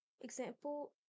example